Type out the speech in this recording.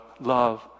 love